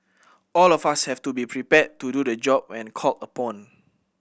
all of us have to be prepared to do the job when called upon